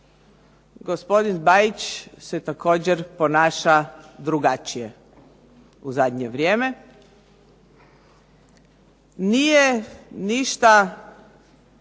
gospodin Bajić se također ponaša drugačije u zadnje vrijeme. Nije ništa